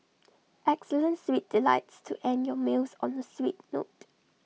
excellent sweet delights to end your meals on the sweet note